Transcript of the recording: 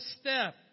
step